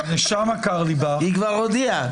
היא כבר הודיעה.